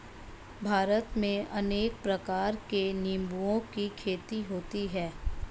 भारत में अनेक प्रकार के निंबुओं की खेती होती है